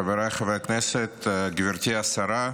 חבריי חברי הכנסת, גברתי השרה,